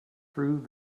through